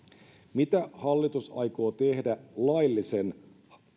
mitä hallitus aikoo tehdä laillisen